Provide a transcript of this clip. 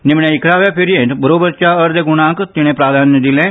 निमाण्या इकरावे फेरयेंत बरोबरच्या अर्द्या गुणांक तिणें प्राधान्य दिलें